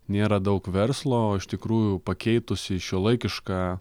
nėra daug verslo iš tikrųjų pakeitus į šiuolaikišką